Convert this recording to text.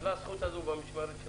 הזכות הזאת נפלה במשמרת שלך.